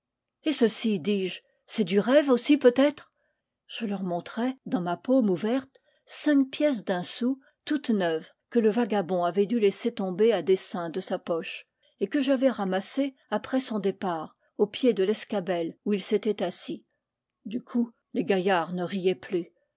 et ceci dis-je c'est du rêve ausi peut-être je leur montrai dans ma paume ouverte cinq pièces d'un sou toutes neuves que le vagabond avait dû laisser tomber à dessein de sa poche et que j'avais ramassées après son départ au pied de l'escabelle où il s'était assis du coup les gaillards ne riaient plus